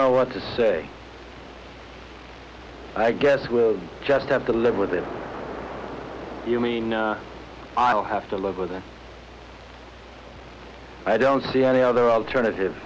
know what to say i guess we'll just have to live with it you mean i'll have to live with it i don't see any other alternative